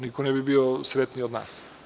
Niko ne bi bio sretniji od nas.